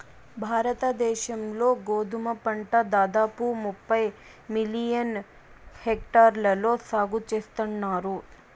భారత దేశం లో గోధుమ పంట దాదాపు ముప్పై మిలియన్ హెక్టార్లలో సాగు చేస్తన్నారు